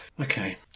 Okay